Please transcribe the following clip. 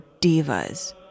divas